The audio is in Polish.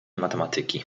matematyki